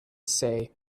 say